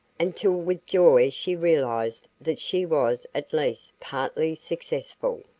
until with joy she realized that she was at least partly successful.